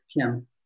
Kim